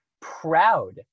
proud